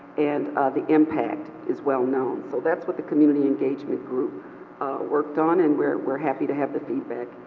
and the impact is well know. so that's what the community engagement group worked on and we're happy to have the feedback,